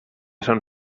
són